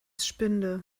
spinde